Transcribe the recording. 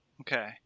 okay